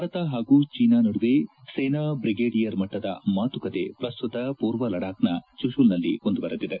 ಭಾರತ ಹಾಗೂ ಚೀನಾ ನಡುವೆ ಸೇನಾ ಬ್ರಿಗೇಡಿಯರ್ ಮಟ್ಟದ ಮಾತುಕತೆ ಪ್ರಸ್ತುತ ಪೂರ್ವ ಲಡಾಕ್ನ ಚುಶುಲ್ನಲ್ಲಿ ಮುಂದುವರೆದಿದೆ